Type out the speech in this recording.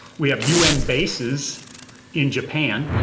we have un bases in japan,